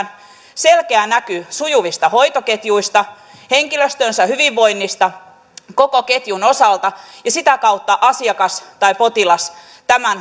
selkeä näky sujuvista hoitoketjuista henkilöstönsä hyvinvoinnista koko ketjun osalta ja sitä kautta asiakas tai potilas tämän